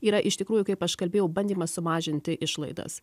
yra iš tikrųjų kaip aš kalbėjau bandymas sumažinti išlaidas